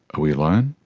we alone?